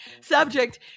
Subject